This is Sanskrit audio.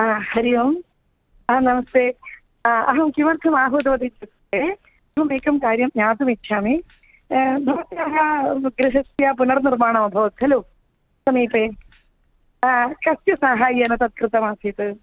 हरिः ओम् नमस्ते अहं किमर्थम् आहूतवती इत्युक्ते अहम् एकं कार्यं ज्ञातुमिच्छामि भवत्याः गृहस्य पुनर्निर्माणमभवत् खलु समीपे कस्य साहाय्येन तत् कृतमासीत्